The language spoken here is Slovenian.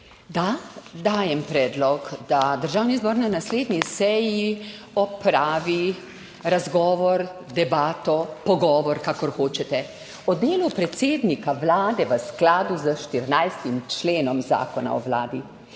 Da, dajem predlog, da Državni zbor na naslednji seji opravi razgovor, debato, pogovor, kakor hočete, o delu predsednika Vlade v skladu s 14. členom Zakona o Vladi.